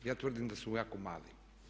Ja tvrdim da su jako mali.